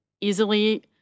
easily